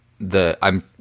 the—I'm